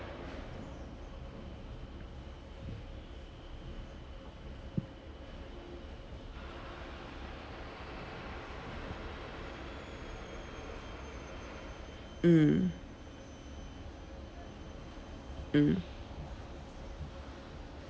mm mm